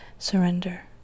Surrender